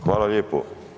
Hvala lijepo.